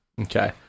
Okay